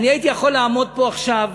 אני הייתי יכול לעמוד פה עכשיו